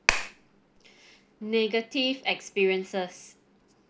negative experiences